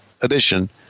edition